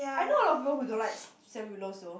I know a lot of people who don't like Sam Willows though